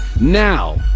Now